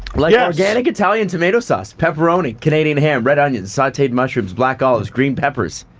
like yeah organic italian tomato sauce, pepperoni, canadian ham, red onions, sauteed mushrooms, black olives, green peppers.